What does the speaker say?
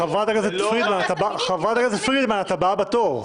חברת הכנסת פרידמן, את הבאה בתור.